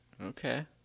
Okay